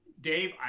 Dave